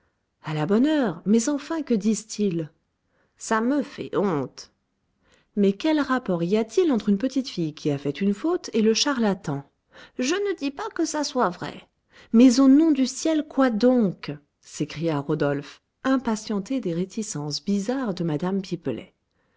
à la bonne heure mais enfin que disent-ils ça me fait honte mais quel rapport y a-t-il entre une petite fille qui a fait une faute et le charlatan je ne dis pas que ça soit vrai mais au nom du ciel quoi donc s'écria rodolphe impatienté des réticences bizarres de mme pipelet